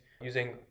using